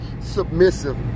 submissive